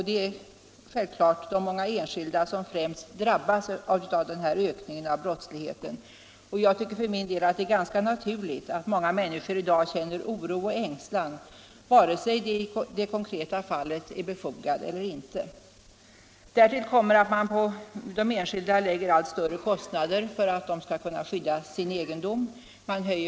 Det är självklart att många enskilda främst drabbas av denna ökning av brottsligheten. Jag tycker för min del att det är ganska naturligt att många människor i dag känner oro och ängslan, vare sig denna i det konkreta fallet är befogad eller inte. Därtill kommer att man på de enskilda lägger allt större kostnader för att de skall kunna skydda sin egendom.